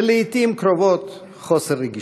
ולעתים קרובות חוסר רגישות.